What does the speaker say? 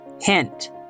Hint